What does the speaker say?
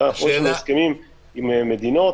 ויש לנו הסכמים עם מדינות,